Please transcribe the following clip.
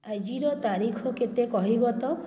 ଆଜିର ତାରିଖ କେତେ କହିବ ତ